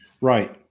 Right